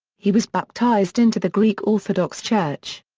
he was baptised into the greek orthodox church.